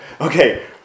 Okay